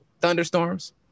thunderstorms